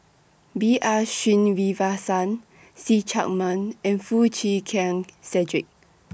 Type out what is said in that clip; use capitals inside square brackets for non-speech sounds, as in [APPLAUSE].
B R Sreenivasan [NOISE] See Chak Mun and Foo Chee Keng [NOISE] Cedric